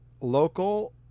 local—